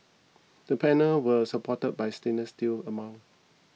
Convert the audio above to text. the panel were supported by a stainless steel amount